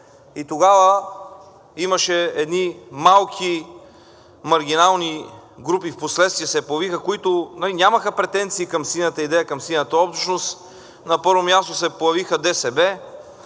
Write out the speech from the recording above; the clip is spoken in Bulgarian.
И тогава имаше едни малки маргинални групи – впоследствие се появиха, които нямаха претенции към синята идея, към синята общност. На първо място се появиха ДСБ.